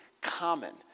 common